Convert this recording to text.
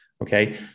Okay